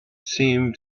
seemed